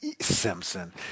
Simpson